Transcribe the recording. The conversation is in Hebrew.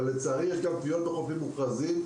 אבל לצערי יש גם טביעות בחופים מוכרזים.